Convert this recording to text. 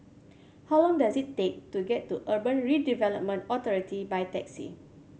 how long does it take to get to Urban Redevelopment Authority by taxi